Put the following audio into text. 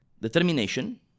determination